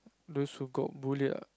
those who got bully ah